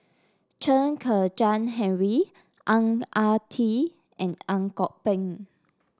Chen Kezhan Henri Ang Ah Tee and Ang Kok Peng